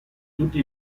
tutti